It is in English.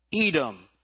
Edom